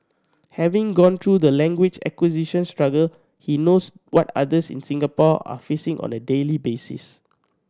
having gone through the language acquisition struggle he knows what others in Singapore are facing on a daily basis